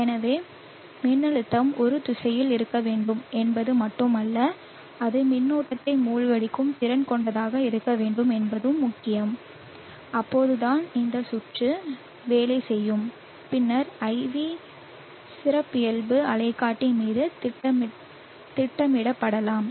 எனவே மின்னழுத்தம் ஒரு திசையில் இருக்க வேண்டும் என்பது மட்டுமல்ல அது மின்னோட்டத்தை மூழ்கடிக்கும் திறன் கொண்டதாக இருக்க வேண்டும் என்பதும் முக்கியம் அப்போதுதான் இந்த சுற்று வேலை செய்யும் பின்னர் IV சிறப்பியல்பு அலைக்காட்டி மீது திட்டமிடப்படலாம்